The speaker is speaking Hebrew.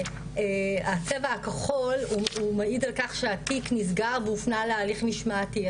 הצבע הכחול הוא מעיש על כך שהתיק נסגר והופנה להליך משמעתי.